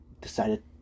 decided